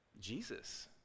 Jesus